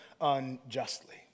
unjustly